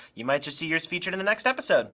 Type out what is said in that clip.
you might just see yours featured in the next episode.